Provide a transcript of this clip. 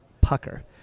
pucker